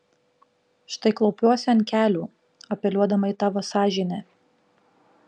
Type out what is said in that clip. štai klaupiuosi ant kelių apeliuodama į tavo sąžinę